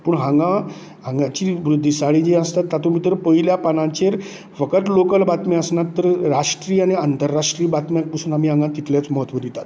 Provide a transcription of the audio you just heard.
पूण हांगा हांगाची दिसाळीं जीं आसा तातूंत भितर पयल्या पानांचेर फकत लाॅकल बातम्यो आसनात तर राष्ट्रीय आनी आंतरराष्ट्रीय बातमी पसून आमी हांगां तितलोच महत्व दितात